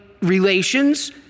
relations